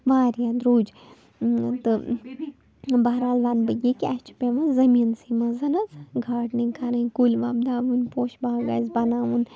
واریاہ درٛوٚج تہٕ بہرحال وَنہٕ بہٕ یہِ کہ اَسہِ چھِ پٮ۪وان زٔمیٖنسٕے منٛز حظ گارڈنِنٛگ کَرٕنۍ کُلۍ وَبداوٕنۍ پوشہِ باغ آسہِ بناوُن